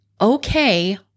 okay